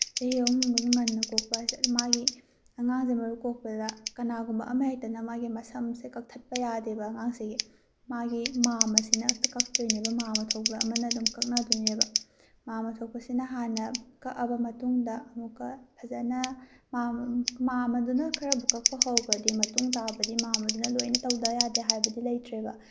ꯆꯍꯤ ꯑꯍꯨꯝꯗꯒꯤ ꯉꯟꯅ ꯀꯣꯛꯄ ꯍꯥꯏꯁꯦ ꯃꯥꯒꯤ ꯑꯉꯥꯡꯁꯦ ꯃꯔꯨ ꯀꯣꯛꯄꯗ ꯀꯅꯥꯒꯨꯝꯕ ꯑꯃ ꯍꯦꯛꯇꯅ ꯃꯥꯒꯤ ꯃꯁꯝꯁꯦ ꯀꯛꯊꯠꯄ ꯌꯥꯗꯦꯕ ꯑꯉꯥꯡꯁꯤꯒꯤ ꯃꯥꯒꯤ ꯃꯥꯝꯃꯁꯤꯅ ꯀꯛꯇꯣꯏꯅꯤꯕ ꯃꯥꯝꯃ ꯊꯣꯛꯄ ꯑꯃꯅ ꯑꯗꯨꯝ ꯀꯛꯅꯗꯣꯏꯅꯦꯕ ꯃꯥꯝꯃ ꯊꯣꯛꯄꯁꯤꯅ ꯍꯥꯟꯅ ꯀꯛꯑꯕ ꯃꯇꯨꯡꯗ ꯑꯃꯨꯛꯀ ꯐꯖꯅ ꯃꯥꯝꯃꯗꯨꯅ ꯈꯔꯕꯨ ꯀꯛꯄ ꯍꯧꯈ꯭ꯔꯗꯤ ꯃꯇꯨꯡ ꯇꯥꯕꯗꯤ ꯃꯥꯝꯃꯗꯨꯅ ꯂꯣꯏꯅ ꯇꯧꯗ ꯌꯥꯗꯦ ꯍꯥꯏꯕꯗꯤ ꯂꯩꯇ꯭ꯔꯦꯕ